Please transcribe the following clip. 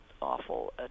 awful